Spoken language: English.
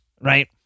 Right